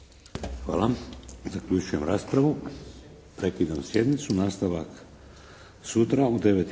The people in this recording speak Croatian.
Hvala. Zaključujem raspravu. Prekidam sjednicu. Nastavak sutra u 9